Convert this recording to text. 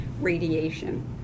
radiation